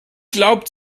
glaubt